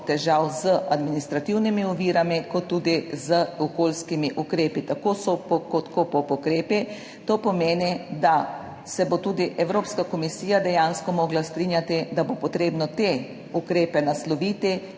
težav z administrativnimi ovirami kot tudi z okoljskimi ukrepi. Tako so SOPO kot KOPOP ukrepi. To pomeni, da se bo tudi Evropska komisija dejansko morala strinjati, da bo potrebno te ukrepe nasloviti